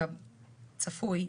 כצפוי,